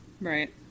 Right